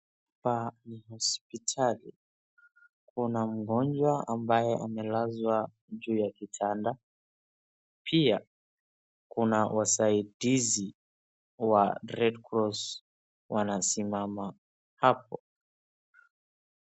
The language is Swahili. Hapa ni hospitali, kuna mgonjwa ambaye amelazwa juu ya kitanda pia kuna wasaidizi was red cross wanasimama hapo.